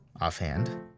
offhand